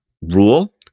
rule